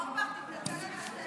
אורבך, תתנצל על,